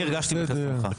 אני הרגשתי בחסרונך.